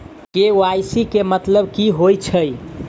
KYC केँ मतलब की होइ छै?